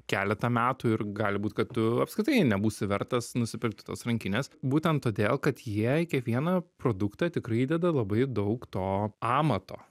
keletą metų ir gali būt kad tu apskritai nebus vertas nusipirkti tos rankinės būtent todėl kad jie į kiekvieną produktą tikrai įdeda labai daug to amato